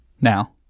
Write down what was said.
Now